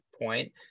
point